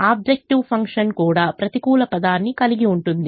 objective function కూడా ప్రతికూల పదాన్ని కలిగి ఉంటుంది